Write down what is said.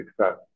success